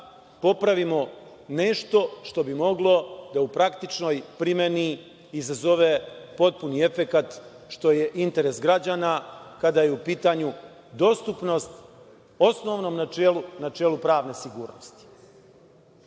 popravimo nešto što bi moglo da u praktičnoj primeni izazove potpuni efekat, što je interes građana kada je u pitanju dostupnost osnovnog načela pravne sigurnosti. Na